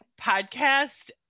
podcast